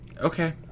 okay